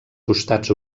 costats